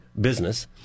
business